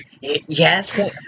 Yes